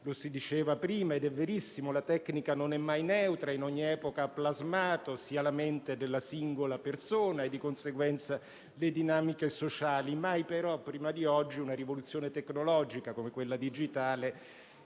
Lo si diceva prima, ed è verissimo: la tecnica non è mai neutra e in ogni epoca ha plasmato la mente della singola persona e, di conseguenza, le dinamiche sociali. Mai però prima di oggi una rivoluzione tecnologica come quella digitale,